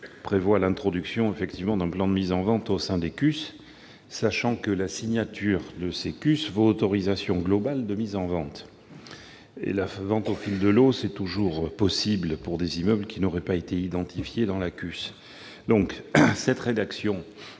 prévoit l'introduction d'un plan de mise en vente au sein des CUS, sachant que la signature de ces conventions vaut autorisation globale de mise en vente. Je précise que la vente au fil de l'eau est toujours possible pour des immeubles qui n'auraient pas été identifiés dans la CUS. Cette rédaction